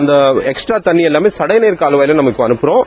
அந்த எக்ஸ்ட்ரா தண்ணீ எல்லாம கடை நீர் கால்வாயில இப்ப அனுப்புறோம்